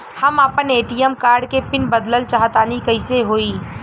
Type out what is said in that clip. हम आपन ATM card के पीन बदलल चाहऽ तनि कइसे होई?